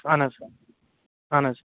اَہَن حظ اَہَن حظ